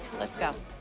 let's go.